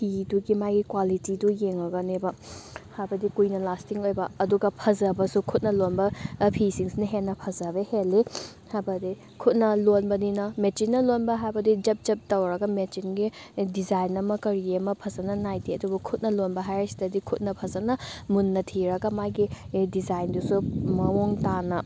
ꯐꯤꯗꯨꯒꯤ ꯃꯥꯒꯤ ꯀ꯭ꯋꯥꯂꯤꯇꯤꯗꯨ ꯌꯦꯡꯉꯒꯅꯦꯕ ꯍꯥꯏꯕꯗꯤ ꯀꯨꯏꯅ ꯂꯥꯁꯇꯤꯡ ꯑꯣꯏꯕ ꯑꯗꯨꯒ ꯐꯖꯕꯁꯨ ꯈꯨꯠꯅ ꯂꯣꯟꯕ ꯐꯤꯁꯤꯡꯁꯤꯅ ꯍꯦꯟꯅ ꯐꯖꯕ ꯍꯦꯜꯂꯤ ꯍꯥꯏꯕꯗꯤ ꯈꯨꯠꯅ ꯂꯣꯟꯕꯅꯤꯅ ꯃꯦꯆꯤꯟꯅ ꯂꯣꯟꯕ ꯍꯥꯏꯕꯗꯨꯗꯤ ꯖꯕ ꯖꯕ ꯇꯧꯔꯒ ꯃꯦꯆꯤꯟꯒꯤ ꯗꯤꯖꯥꯏꯟ ꯑꯃ ꯀꯔꯤ ꯑꯃ ꯐꯖꯅ ꯅꯥꯏꯗꯦ ꯑꯗꯨꯕꯨ ꯈꯨꯠꯅ ꯂꯣꯟꯕ ꯍꯥꯏꯔꯤꯁꯤꯗꯗꯤ ꯈꯨꯠꯅ ꯐꯖꯅ ꯃꯨꯟꯅ ꯊꯤꯔꯒ ꯃꯥꯒꯤ ꯗꯤꯖꯥꯏꯟꯗꯨꯁꯨ ꯃꯑꯣꯡ ꯇꯥꯅ